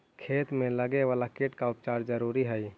खेत में लगे वाला कीट का उपचार जरूरी हई